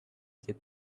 get